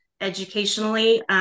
educationally